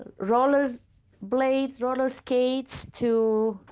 ah roller blades, roller skates to